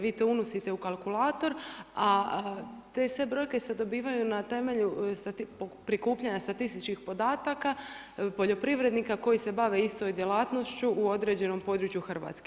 Vi to unosite u kalkulator, a te sve brojke se dobivaju na temelju prikupljanja statističkih podataka poljoprivrednika koji se bave istom djelatnošću u određenom području Hrvatske.